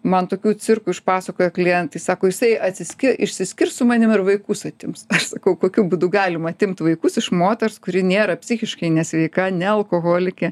man tokių cirkų išpasakojo klientai sako jisai atsiski išsiskirs su manim ir vaikus atims aš sakau kokiu būdu galima atimt vaikus iš moters kuri nėra psichiškai nesveika ne alkoholikė